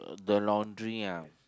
the laundry ah